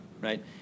right